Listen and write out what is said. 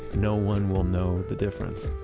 no one will know the difference.